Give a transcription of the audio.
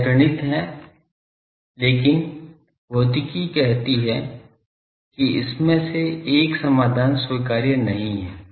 यह गणित है लेकिन भौतिकी कहती है कि इसमें से एक समाधान स्वीकार्य नहीं है